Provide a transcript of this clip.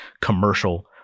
commercial